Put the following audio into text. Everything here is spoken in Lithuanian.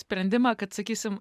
sprendimą kad sakysim